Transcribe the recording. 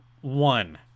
one